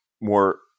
more